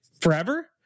forever